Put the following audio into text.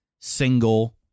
single